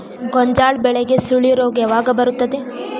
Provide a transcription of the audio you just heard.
ಗೋಂಜಾಳ ಬೆಳೆಗೆ ಸುಳಿ ರೋಗ ಯಾವಾಗ ಬರುತ್ತದೆ?